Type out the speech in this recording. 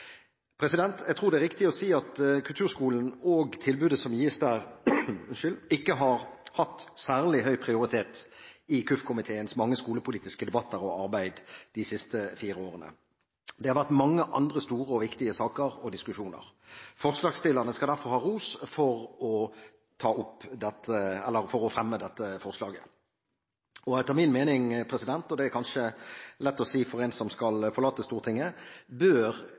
Jeg tror det er riktig å si at kulturskolen og tilbudet som gis der, ikke har hatt særlig høy prioritet i kirke-, utdannings- og forskningskomiteens mange skolepolitiske debatter og arbeid de siste fire årene. Det har vært mange andre store og viktige saker og diskusjoner. Forslagsstillerne skal derfor ha ros for å fremme dette forslaget. Etter min mening – og det er kanskje lett å si for en som skal forlate Stortinget – bør